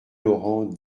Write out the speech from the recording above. laurent